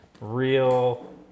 real